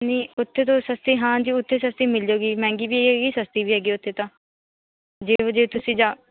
ਨਹੀਂ ਉੱਥੇ ਤੋਂ ਸਸਤੀ ਹਾਂਜੀ ਉੱਥੇ ਸਸਤੀ ਮਿਲ ਜਾਉਗੀ ਮਹਿੰਗੀ ਵੀ ਹੈਗੀ ਸਸਤੀ ਵੀ ਹੈਗੀ ਉੱਥੇ ਤਾਂ ਜਿਹੋ ਜਿਹੀ ਤੁਸੀਂ ਜਾ